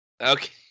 okay